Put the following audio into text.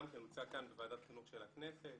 גם כן הוצג כאן בוועדת החינוך של הכנסת.